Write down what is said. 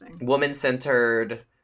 woman-centered